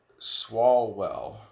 Swalwell